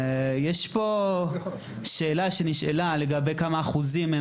יש פה שאלה שנשאלה לגבי כמה אחוזים הם